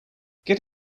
get